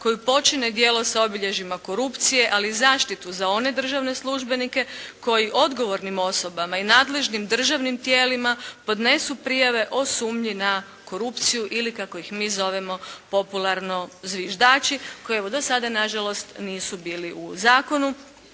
koji počine djelo s obilježjima korupcije, ali i zaštitu za one državne službenike koji odgovornim osobama i nadležnim državnim tijelima podnesu prijave o sumnji na korupciju ili kako ih mi zovemo popularno “zviždači“ koji evo do sada na žalost nisu bili u zakonu.